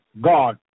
God